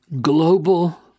global